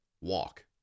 walk